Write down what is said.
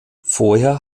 vorher